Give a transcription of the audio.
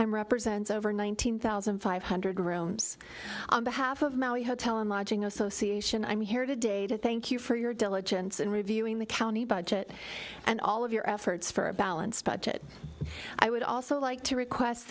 and represents over nineteen thousand five hundred rooms on behalf of maui hotel and lodging association i'm here today to thank you for your diligence in reviewing the county budget and all of your efforts for a balanced budget i would also like to request